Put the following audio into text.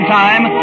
time